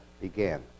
began